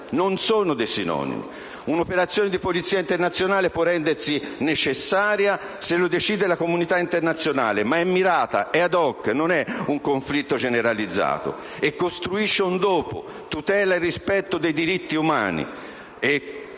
non sono dei sinonimi, perché un'operazione di polizia internazionale può rendersi necessaria se lo decide la comunità internazionale, ma è mirata, *ad hoc*, non è un conflitto generalizzato e costruisce un dopo, tutela il rispetto dei diritti umani.